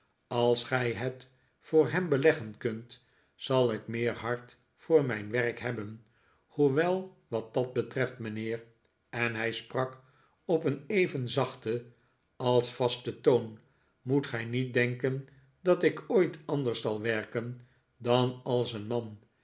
als gij het voor hem beleggen kunt zal ik meer hart voor mijn werk hebben hoewel wat dat betreft mijnheer en hij sprak op een even zachten als vasten toon moet gij niet denken dat ik ooit anders zal werken dan als een man